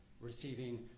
receiving